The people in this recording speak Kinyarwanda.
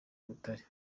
butare